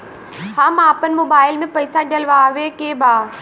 हम आपन मोबाइल में पैसा डलवावे के बा?